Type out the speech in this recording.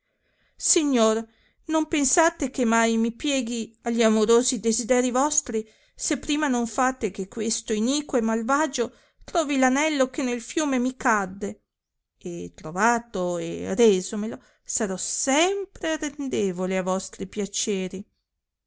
signor non pensate che mai mi pieghi a gli amorosi desideri vostri se prima non fate che questo iniquo e malvagio trovi f anello che nel fiume mi cadde e trovato e resomelo sarò sempre arrendevole a vostri piaceri